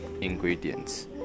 ingredients